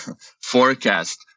forecast